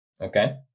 Okay